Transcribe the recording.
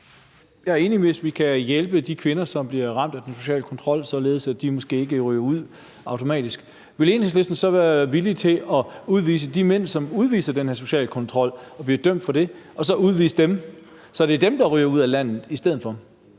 Jeg er enig, hvis vi kan hjælpe de kvinder, som bliver ramt af den sociale kontrol, således at de måske ikke ryger ud automatisk. Vil Enhedslisten så være villig til at udvise de mænd, som udviser den her sociale kontrol og bliver dømt for det, så det er dem, der ryger ud af landet i stedet for?